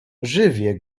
żywię